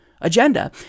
agenda